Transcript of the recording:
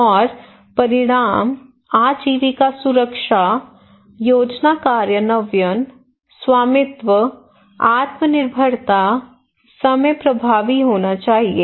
और परिणाम आजीविका सुरक्षा योजना कार्यान्वयन स्वामित्व आत्मनिर्भरता समय प्रभावी होना चाहिए